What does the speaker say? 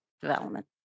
development